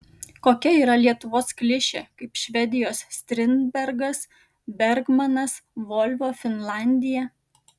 kokia yra lietuvos klišė kaip švedijos strindbergas bergmanas volvo finlandija